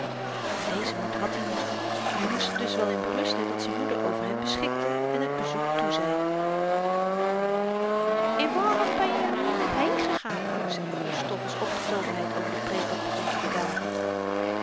maar dezen moed had i niet en hy moest er dus wel in berusten dat z'n moeder over hem beschikte en t bezoek toezei en waarom ben je r nu niet heengegaan vroeg ze toen stoffels opgetogenheid over de preek wat begon te bedaren